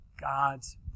God's